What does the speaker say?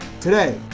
Today